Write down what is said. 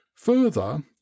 Further